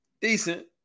decent